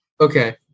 Okay